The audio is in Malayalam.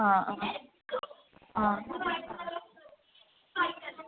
ആ ആ ആ